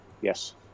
Yes